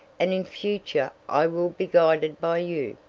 and in future i will be guided by you.